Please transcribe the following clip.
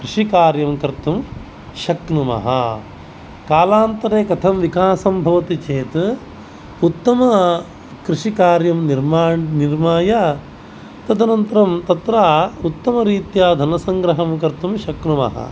कृषिकार्यं कर्तुं शक्नुमः कालान्तरे कथं विकासं भवति चेत् उत्तमकृषिकार्यं निर्माण निर्माय तदनन्तरं तत्र उत्तमरीत्या धनसंग्रहं कर्तुं शक्नुमः